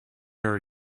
are